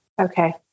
Okay